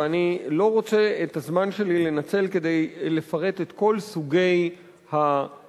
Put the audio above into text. ואני לא רוצה לנצל את הזמן שלי כדי לפרט את כל סוגי התחומים